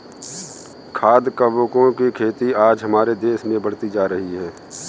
खाद्य कवकों की खेती आज हमारे देश में बढ़ती जा रही है